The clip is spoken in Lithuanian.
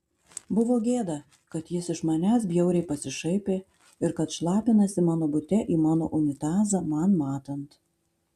buvo gėda kad jis iš manęs bjauriai pasišaipė ir kad šlapinasi mano bute į mano unitazą man matant